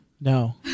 No